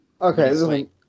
Okay